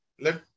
let